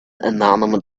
inanimate